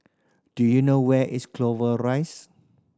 do you know where is Clover Rise